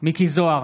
מכלוף מיקי זוהר,